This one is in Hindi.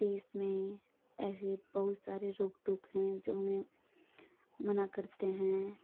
देश में ऐसे बहुत सारे रोक टोक हैं जो हमें मना करते हैं